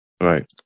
Right